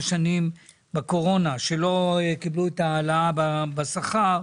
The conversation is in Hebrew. שנים בקורונה שלא קיבלו העלאה בשכר,